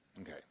Okay